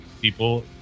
people